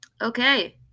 okay